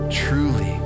truly